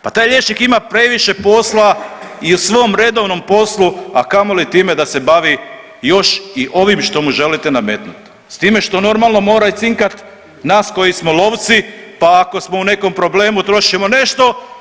Pa taj liječnik ima previše posla i u svom redovnom poslu, a kamoli time da se bavi još i ovim što mu želite nametnuti s time što normalno mora i cinkat nas koji smo lovci, pa ako smo u nekom problemu trošimo nešto.